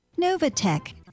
Novatech